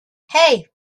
hey